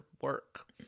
work